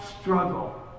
struggle